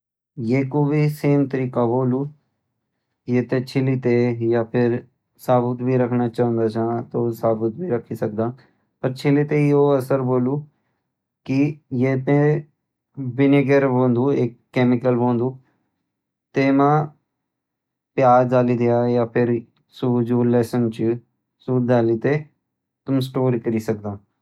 ये कु भी सेम तरीका होल, ये तै छिली तैं य फिर साबुत भी रखण चांदा छ तो साबुत भी रखी सकद। पर छिली तैं यु असर होलु कि ये तैं विनैगर होंद एक कैमिकल होंद तै म प्याज डालि द्या या फिर सु जु लहसुन छ सु डालि तैं तुम स्टोर करी सकद।